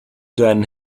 deinen